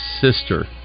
sister